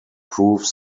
prove